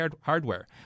hardware